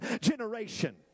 generation